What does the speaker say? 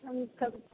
हमसब